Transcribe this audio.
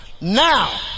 Now